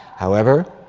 however,